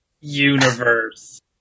Universe